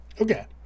Okay